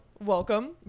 welcome